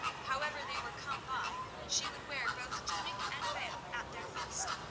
however they were come by, she would wear both tunic and veil at their feast,